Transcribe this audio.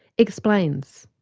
explains.